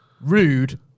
rude